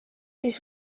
siis